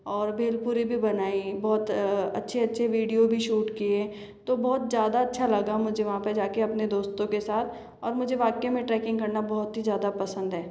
और भेलपुरी भी बनाई बहुत अच्छे अच्छे वीडियो भी शूट किए तो बहुत ज़्यादा अच्छा लगा मुझे वहाँ पे जाके अपने दोस्तों के साथ और मुझे वाकइ में ट्रैकिंग करना बहुत ही ज़्यादा पसंद है